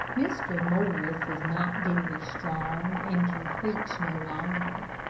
mr. morris is not very strong, and can preach no longer.